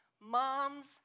moms